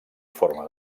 forma